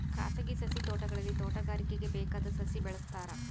ಖಾಸಗಿ ಸಸಿ ತೋಟಗಳಲ್ಲಿ ತೋಟಗಾರಿಕೆಗೆ ಬೇಕಾದ ಸಸಿ ಬೆಳೆಸ್ತಾರ